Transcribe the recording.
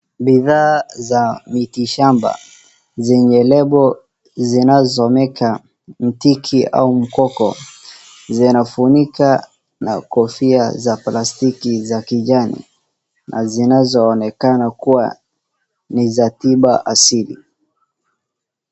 Bidhaa za mitishamba zenye label zinazosomeka Mtiki au mkoko. Zinafunika na kofia za plastiki za kijani na zinazoonekana kuwa ni za tiba asili.